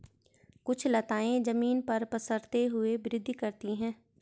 कुछ लताएं जमीन पर पसरते हुए वृद्धि करती हैं